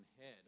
head